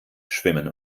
schwimmen